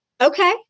Okay